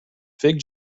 fig